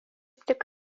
tik